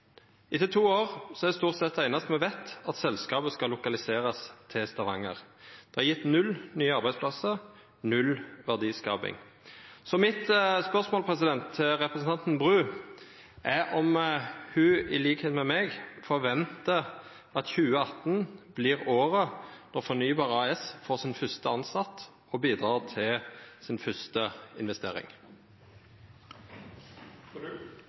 Etter to år er stort sett det einaste me veit, at selskapet skal lokaliserast til Stavanger. Det har gjeve null nye arbeidsplassar, null verdiskaping. Mitt spørsmål til representanten Bru er om ho, som eg, ventar at 2018 vert året då Fornybar AS får sin første tilsette og bidreg til den første